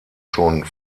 schon